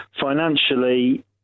Financially